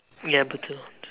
ya Bluetooth